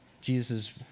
Jesus